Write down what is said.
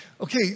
okay